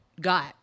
got